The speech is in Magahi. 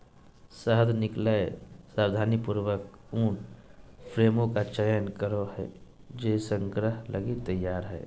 शहद निकलैय सावधानीपूर्वक उन फ्रेमों का चयन करो हइ जे संग्रह लगी तैयार हइ